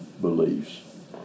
beliefs